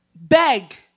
Beg